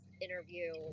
interview